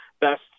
best